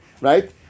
right